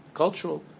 cultural